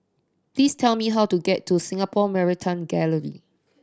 please tell me how to get to Singapore Maritime Gallery